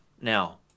Now